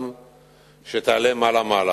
גם שתעלה מעלה מעלה.